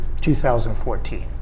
2014